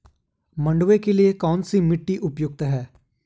मंडुवा के लिए कौन सी मिट्टी उपयुक्त है?